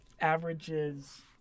Averages